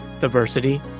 diversity